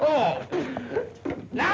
oh no